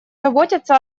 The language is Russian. заботиться